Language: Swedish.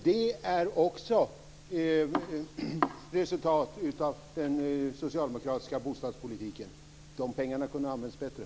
Det är också resultat av den socialdemokratiska bostadspolitiken. De pengarna kunde ha använts bättre.